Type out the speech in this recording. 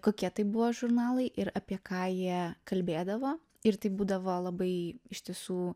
kokie tai buvo žurnalai ir apie ką jie kalbėdavo ir tai būdavo labai iš tiesų